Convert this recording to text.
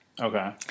Okay